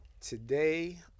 Today